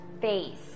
face